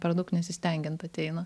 per daug nesistengiant ateina